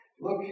look